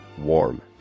warm